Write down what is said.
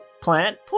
plant